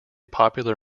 popular